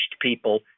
people